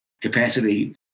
capacity